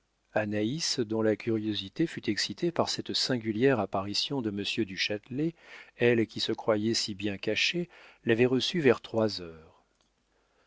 anaïs dont la curiosité fut excitée par cette singulière apparition de monsieur du châtelet elle qui se croyait si bien cachée l'avait reçu vers trois heures